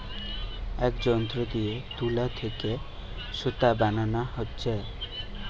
এ যন্ত্র দিয়ে তুলা থিকে সুতা বানানা হচ্ছে